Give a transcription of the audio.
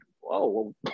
whoa